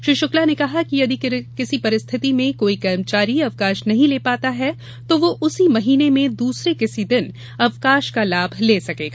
श्री शुक्ला ने कहा यदि किसी परिस्थिति में कोई कर्मचारी अवकाश नहीं ले पाता है तो वह उसी महीने में दूसरे किसी दिन अवकाश का लाभ ले सकेगा